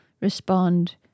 respond